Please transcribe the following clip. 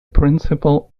principal